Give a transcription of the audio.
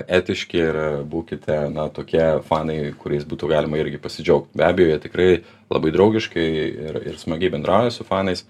etiški ir būkite na tokie fanai kuriais būtų galima irgi pasidžiaugt be abejo jie tikrai labai draugiškai ir ir smagiai bendrauja su fanais